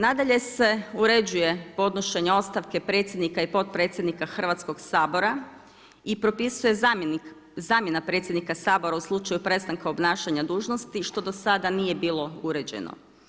Nadalje se uređuje podnošenje ostavke predsjednika i potpredsjednika Hrvatskog sabora i propisuje zamjena predsjednika Sabora u slučaju prestanka obnašanja dužnosti što do sada nije bilo uređeno.